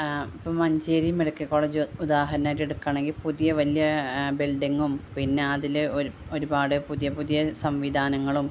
ഇപ്പോള് Manjeri medical college ഉദാഹരണമായിട്ട് എടുക്കുകയാണെങ്കില് പുതിയ വലിയ ബിൽഡിംങും പിന്നെ അതിൽ ഒരുപാട് പുതിയ പുതിയ സംവിധാനങ്ങളും